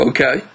Okay